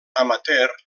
amateur